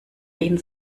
den